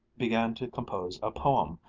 began to compose a poem,